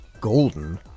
golden